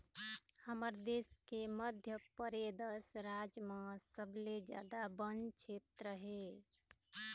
हमर देश के मध्यपरेदस राज म सबले जादा बन छेत्र हे